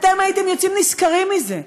הייתם יוצאים נשכרים מזה.